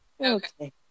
Okay